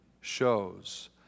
shows